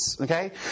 okay